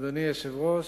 אדוני היושב-ראש,